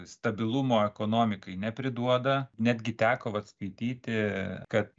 stabilumo ekonomikai nepriduoda netgi teko vat skaityti kad